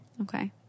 Okay